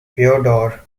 fyodor